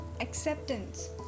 acceptance